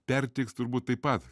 perteiks turbūt taip pat